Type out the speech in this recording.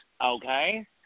okay